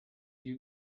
you